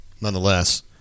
nonetheless